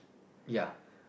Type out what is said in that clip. ya